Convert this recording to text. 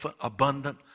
abundant